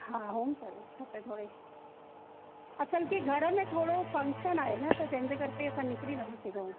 हा home service खपे थोरी असल कि घर में थोरो फ़ंक्शन आहे न जंहिंजे करे असां निकिरी नथा सघूं